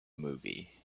movie